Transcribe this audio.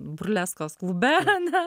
burleskos klube ane